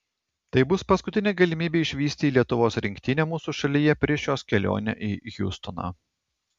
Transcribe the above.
tai bus paskutinė galimybė išvysti lietuvos rinktinę mūsų šalyje prieš jos kelionę į hjustoną